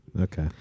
Okay